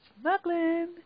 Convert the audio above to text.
Smuggling